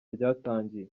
ryatangiye